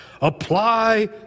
Apply